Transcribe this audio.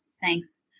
Thanks